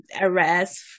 arrest